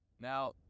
Now